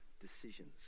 decisions